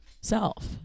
self